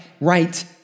right